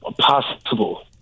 possible